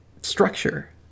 structure